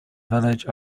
village